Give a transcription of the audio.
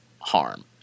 harm